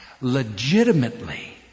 legitimately